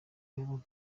babaga